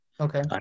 okay